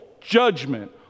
judgment